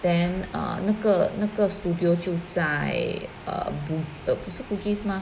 then err 那个那个 studio 就在 err bu~ 不是 bugis 吗